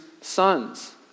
sons